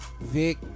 Vic